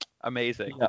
amazing